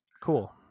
cool